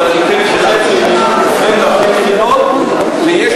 אבל אני כן חושב שהם מיעוט מופלה, ואפילו, .